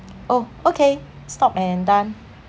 oh okay stop and done